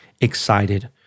Excited